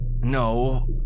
No